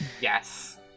Yes